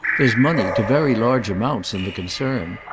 there's money, to very large amounts, in the concern.